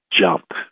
jump